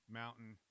mountain